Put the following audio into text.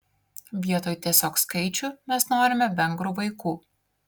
vietoj tiesiog skaičių mes norime vengrų vaikų